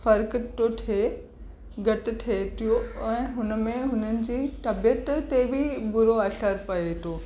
फ़र्क़ थो थिए घटि थिए थो ऐं हुनमें हुननि जी तबीअत ते बि बुरो असरु पए थो